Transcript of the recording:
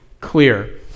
clear